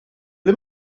ble